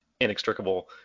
inextricable